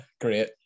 Great